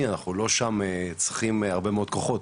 אנחנו לא צריכים שם הרבה מאוד כוחות.